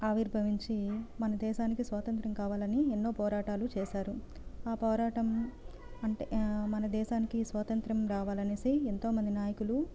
ఆవిర్భవించి మన దేశానికీ స్వాతంత్య్రం కావాలని ఎన్నో పోరాటాలు చేశారు ఆ పోరాటం అంటే మన దేశానికీ స్వాతంత్య్రం రావాలి అని ఎంతో మంది నాయకులు